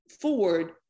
forward